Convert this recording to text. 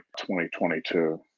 2022